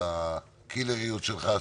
על הקילריות שלך,